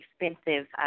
expensive